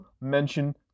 mention